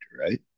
right